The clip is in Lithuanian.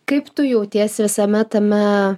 kaip tu jautiesi visame tame